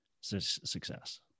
success